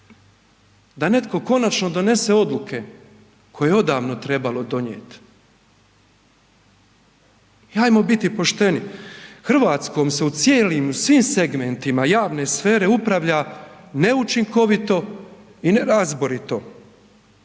da netko konačno donese odluke koje je odavno trebalo donijet. I ajmo biti pošteni, Hrvatskom se u cijelim u svim segmentima javne sfere upravlja neučinkovito i nerazborito.